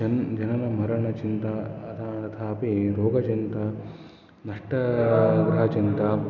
जननमरणचिन्ता अथ तथापि रोगचिन्ता नष्टा ग्रहचिन्ता